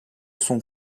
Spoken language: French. sont